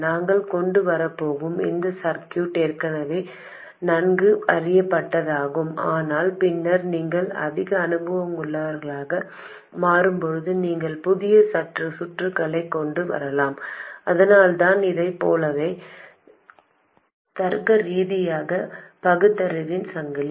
நாங்கள் கொண்டு வரப்போகும் இந்த சர்க்யூட் ஏற்கனவே நன்கு அறியப்பட்டதாகும் ஆனால் பின்னர் நீங்கள் அதிக அனுபவமுள்ளவராக மாறும்போது நீங்கள் புதிய சுற்றுகளைக் கொண்டு வரலாம் அதனால்தான் இதைப் போலவே தர்க்கரீதியான பகுத்தறிவின் சங்கிலி